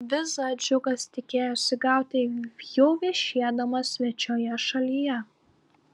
vizą džiugas tikėjosi gauti jau viešėdamas svečioje šalyje